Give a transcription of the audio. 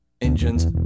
engines